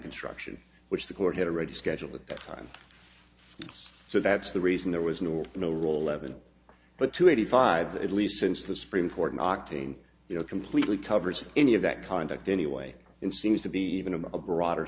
construction which the court had already scheduled at that time so that's the reason there was no or no role levin but to eighty five at least since the supreme court in octane you know completely covers any of that conduct anyway and seems to be even a broader